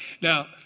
Now